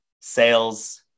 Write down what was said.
sales